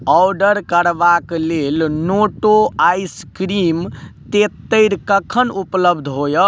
order करबाक लेल नोटो आइस क्रीम तेतरि कखन उपलब्ध होयत